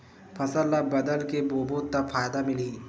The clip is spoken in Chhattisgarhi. फसल ल बदल के बोबो त फ़ायदा मिलही?